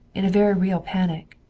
in a very real panic.